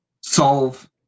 solve